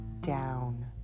down